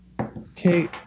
Okay